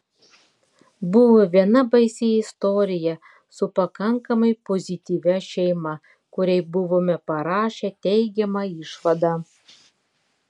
buvo viena baisi istorija su pakankamai pozityvia šeima kuriai buvome parašę teigiamą išvadą